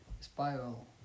Spiral